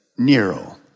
Nero